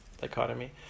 dichotomy